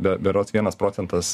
be berods vienas procentas